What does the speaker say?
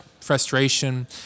frustration